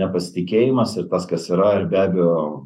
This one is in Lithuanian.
nepasitikėjimas ir tas kas yra ir be abejo